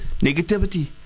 negativity